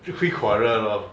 会会 quarrel lor